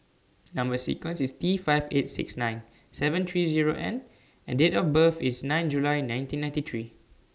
Number sequence IS T five eight six nine seven three Zero N and Date of birth IS nine July nineteen ninety three